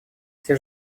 все